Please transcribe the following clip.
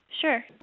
Sure